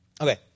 Okay